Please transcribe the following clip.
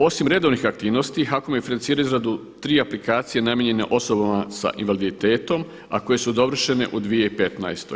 Osim redovnih aktivnosti HAKOM je financirao izradu tri aplikacije namijenjene osobama sa invaliditetom a koje su dovršene u 2015.